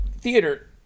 Theater